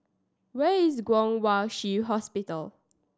where is Kwong Wai Shiu Hospital